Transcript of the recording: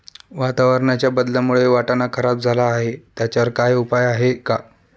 वातावरणाच्या बदलामुळे वाटाणा खराब झाला आहे त्याच्यावर काय उपाय आहे का?